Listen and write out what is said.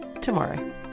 tomorrow